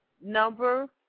number